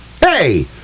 Hey